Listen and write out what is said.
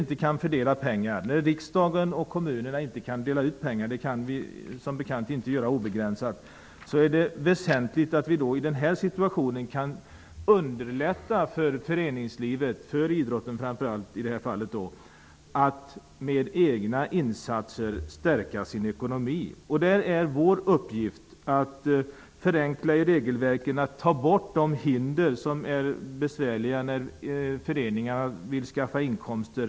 När vi politiker i riksdagen och kommunerna inte kan dela ut pengar -- det kan vi som bekant inte göra i obegränsade mängder -- är det väsentligt att i denna situation kunna underlätta för föreningslivet, och framför allt idrottsrörelsen, att med egna insatser stödja sin ekonomi. Det är vår uppgift att förenkla i regelverket och ta bort de hinder som kan vara besvärliga för föreningar som vill få in inkomster.